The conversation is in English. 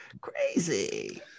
crazy